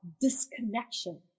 disconnection